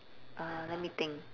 uh let me think